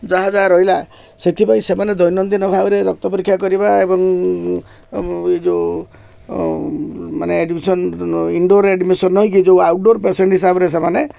ଯାହା ଯାହା ରହିଲା ସେଥିପାଇଁ ସେମାନେ ଦୈନନ୍ଦିନ ଭାବରେ ରକ୍ତ ପରୀକ୍ଷା କରିବା ଏବଂ ଏଇ ଯୋଉମାନେ ଆଡମିସନ ଇନଡୋର ଆଡମିସନ ହୋଇକି ଯୋଉ ଆଉଟଡୋର୍ ପେସେଣ୍ଟ୍ ହିସାବରେ ସେମାନେ